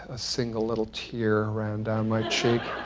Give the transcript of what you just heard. a single little tear ran down my cheek.